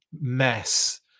mess